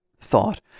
thought